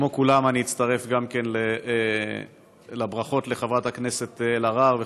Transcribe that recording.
כמו כולם אני אצטרף לברכות לחברת הכנסת אלהרר